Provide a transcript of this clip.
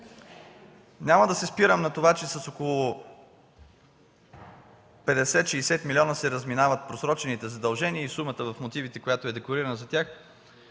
Няма да се спирам на това, че с около 50-60 милиона се разминават просрочените задължения и сумата в мотивите, която е декларирана за тях.